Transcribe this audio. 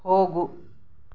ಹೋಗು